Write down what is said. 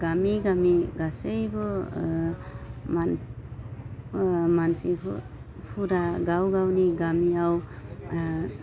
गामि गामि गासैबौ मान मानसिखौ हुदा गाव गावनि गामियाव